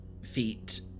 feet